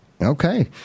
Okay